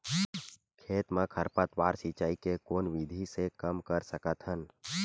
खेत म खरपतवार सिंचाई के कोन विधि से कम कर सकथन?